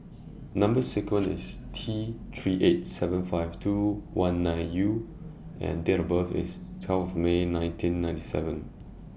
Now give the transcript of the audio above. Number sequence IS T three eight seven five two one nine U and Date of birth IS twelfth May nineteen ninety seven